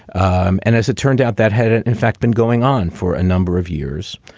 um and as it turned out, that had, in fact, been going on for a number of years.